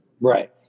Right